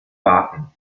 warten